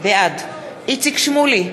בעד איציק שמולי,